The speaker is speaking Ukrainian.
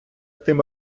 тим